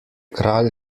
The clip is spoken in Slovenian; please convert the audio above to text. kralj